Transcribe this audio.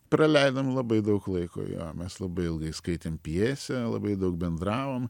praleidom labai daug laiko jo mes labai ilgai skaitėm pjesę labai daug bendravom